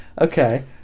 Okay